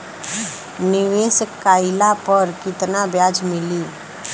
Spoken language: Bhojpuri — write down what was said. निवेश काइला पर कितना ब्याज मिली?